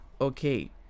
Okay